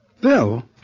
Bill